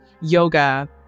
yoga